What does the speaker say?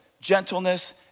gentleness